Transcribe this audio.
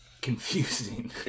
confusing